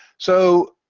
so